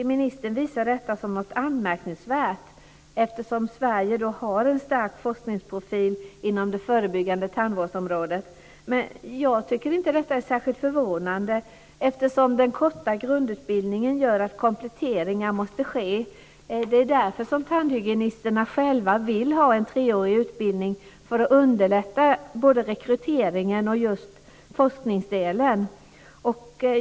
Ministern visar detta som något anmärkningsvärt eftersom Sverige har en stark forskningsprofil på det förebyggande tandvårdsområdet. Jag tycker inte att det är särskilt förvånande eftersom den korta grundutbildningen gör att kompletteringar måste ske. Det är därför som tandhygienisterna själva vill ha en treårig utbildning för att underlätta rekryteringen och forskningen.